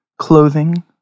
Clothing